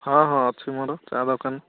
ହଁ ହଁ ଅଛି ମୋର ଚା' ଦୋକାନ